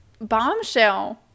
bombshell